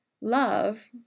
Love